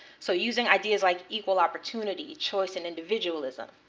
so using ideas like equal opportunity, choice, and individualism.